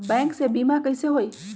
Bank से बिमा कईसे होई?